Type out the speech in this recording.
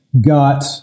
got